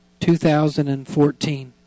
2014